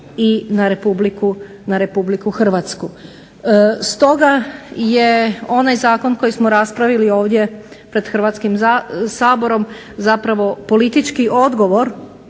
i na RH. Stoga je onaj zakon koji smo raspravili ovdje pred Hrvatskim saborom politički odgovor